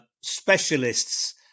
specialists